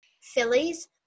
Phillies